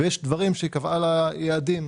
היא קבעה לה יעדים,